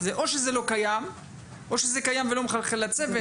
או שזה לא קיים או שזה קיים ולא מחלחל לצוות,